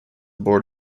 board